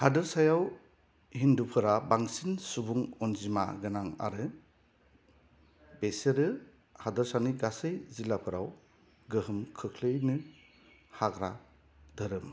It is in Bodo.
हादोरसायाव हिन्दुफोरा बांसिन सुबुं अनजिमा गोनां आरो बिसोरो हादोरसानि गासै जिल्लाफोराव गोहोम खोख्लैनो हाग्रा धोरोम